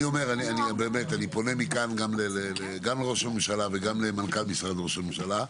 אני באמת פונה מכאן לראש הממשלה וגם למנכ"ל משרד ראש הממשלה: